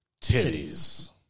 Titties